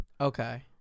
Okay